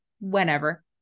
whenever